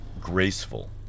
graceful